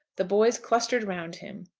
the boys clustered round him,